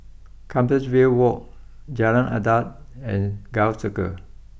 Compassvale walk Jalan Adat and Gul Circle